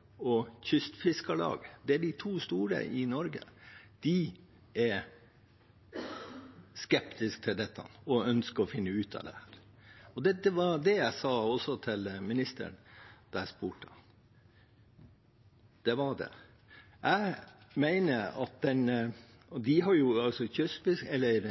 Fiskarlag og Kystfiskarlaget, de to store i Norge, er skeptiske til dette og ønsker å finne ut av det. Det var også det jeg sa til ministeren da jeg spurte ham.